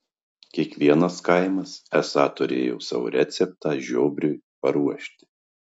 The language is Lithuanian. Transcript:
kiekvienas kaimas esą turėjo savo receptą žiobriui paruošti